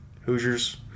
Hoosiers